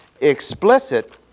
explicit